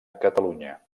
catalunya